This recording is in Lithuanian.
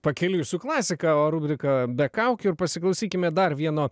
pakeliui su klasika o rubrika be kaukių pasiklausykime dar vieno